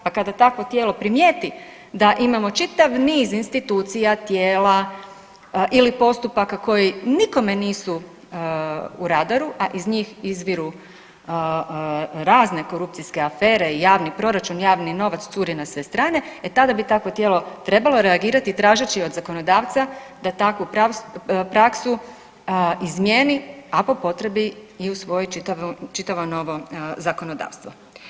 Pa kada takvo tijelo primijeti da imamo čitav niz institucija, tijela, ili postupaka koji nikome nisu u radaru, a iz njih izviru razne korupcijske afere, javni proračun, javni novac curi na sve strane, e tada bi takvo tijelo trebalo reagirati, tražeći od zakonodavca da takvu praksu izmjeni a po potrebi i usvoji čitavo novo zakonodavstvo.